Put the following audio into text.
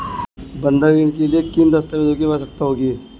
बंधक ऋण के लिए किन दस्तावेज़ों की आवश्यकता होगी?